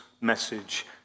message